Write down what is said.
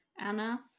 Anna